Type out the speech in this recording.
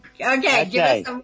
Okay